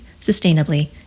sustainably